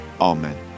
Amen